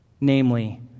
Namely